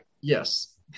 yes